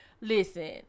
Listen